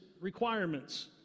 requirements